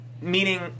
Meaning